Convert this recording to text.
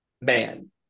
man